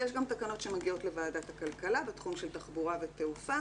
ויש גם תקנות שמגיעות לוועדת הכלכלה בתחום של תחבורה ותעופה